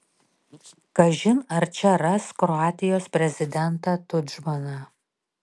kažin ar čia ras kroatijos prezidentą tudžmaną